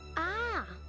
ah.